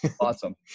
Awesome